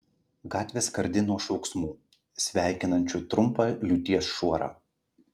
gatvė skardi nuo šauksmų sveikinančių trumpą liūties šuorą